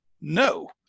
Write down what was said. No